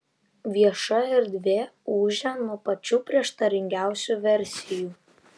vieša erdvė ūžia nuo pačių prieštaringiausių versijų